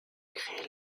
créée